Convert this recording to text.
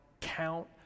count